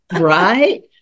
Right